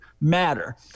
matter